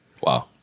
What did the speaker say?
Wow